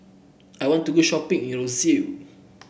I want to go shopping in Roseau